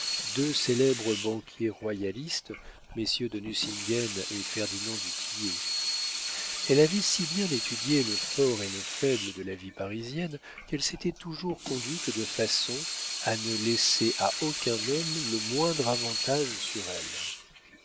deux célèbres banquiers royalistes messieurs de nucingen et ferdinand du tillet elle avait si bien étudié le fort et le faible de la vie parisienne qu'elle s'était toujours conduite de façon à ne laisser à aucun homme le moindre avantage sur elle